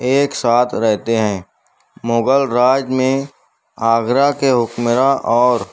ایک ساتھ رہتے ہیں مغل راج میں آگرہ کے حکمران اور